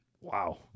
Wow